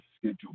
Schedule